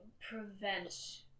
Prevent